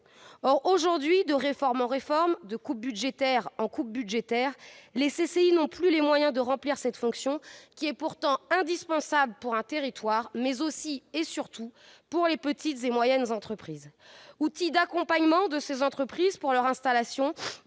Or aujourd'hui, de réforme en réforme, coupe budgétaire après coupe budgétaire, elles n'ont plus les moyens de remplir cette fonction pourtant indispensable pour un territoire, mais aussi, et surtout, pour les petites et moyennes entreprises. Outil d'accompagnement des entreprises, de leur installation,